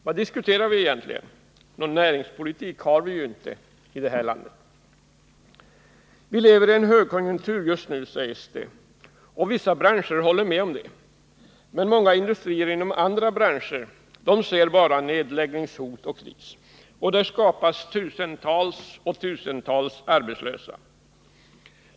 Vad diskuterar vi egentligen? Någon näringspolitik har vi ju inte i det här landet. Vi lever i en högkonjunktur just nu, sägs det. Och vissa branscher håller med om det. Men många industrier inom andra branscher ser bara nedläggningshot och kris, och där skapas tusentals och åter tusentals nya arbetslösa.